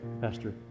Pastor